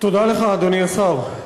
תודה לך, אדוני השר.